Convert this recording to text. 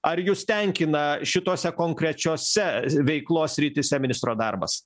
ar jus tenkina šitose konkrečiose veiklos srityse ministro darbas